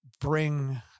bring